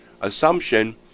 Assumption